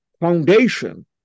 foundation